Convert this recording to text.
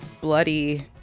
bloody